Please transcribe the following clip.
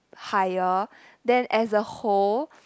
higher then as a whole